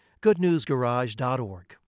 GoodNewsGarage.org